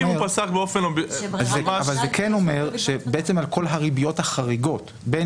זה כן אומר שבעצם על כל הריביות החריגות בין